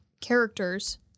characters